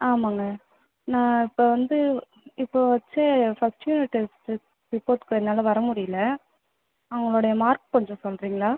ஆமாங்க நான் இப்போ வந்து இப்போது வைச்ச ஃபர்ஸ்ட் யூனிட் டெஸ்ட்டு ரிப்போர்ட்க்கு என்னால் வர முடியிலை அவங்களோடைய மார்க் கொஞ்சம் சொல்றிங்களா